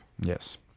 Yes